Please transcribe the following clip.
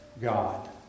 God